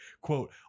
quote